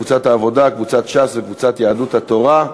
קבוצת העבודה,